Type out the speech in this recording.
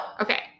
Okay